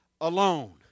alone